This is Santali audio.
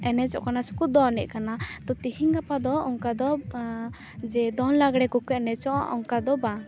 ᱮᱱᱮᱡᱚᱜ ᱠᱟᱱᱟ ᱥᱮᱠᱚ ᱫᱚᱱᱮᱫ ᱠᱟᱱᱟ ᱛᱮᱦᱮᱧ ᱜᱟᱯᱟ ᱫᱚ ᱚᱱᱠᱟ ᱫᱚ ᱡᱮ ᱫᱚᱝ ᱞᱟᱜᱽᱲᱮ ᱠᱚ ᱠᱚ ᱮᱱᱮᱡᱚᱜᱼᱟ ᱚᱱᱠᱟ ᱫᱚ ᱵᱟᱝ